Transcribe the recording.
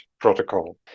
protocol